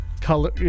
color